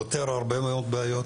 פותר הרבה מאוד בעיות.